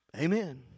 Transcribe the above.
Amen